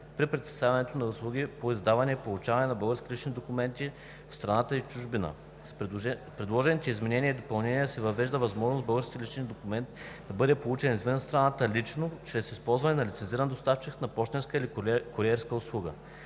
при предоставянето на услуги по издаване и получаване на български лични документи в страната и в чужбина. С предложените изменения и допълнения се въвежда възможност български личен документ да бъде получен извън страната лично чрез използване на лицензиран доставчик на пощенска или куриерска услуга.